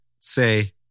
say